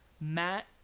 Matt